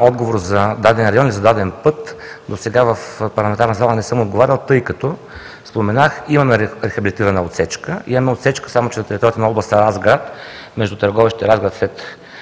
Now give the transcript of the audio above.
отговор за даден район и за даден път досега в парламентарна зала не съм давал, тъй като, споменах, имаме рехабилитирана отсечка. Имаме отсечка, само че на територията на област Разград, между Търговище и Разград, след